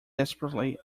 desperately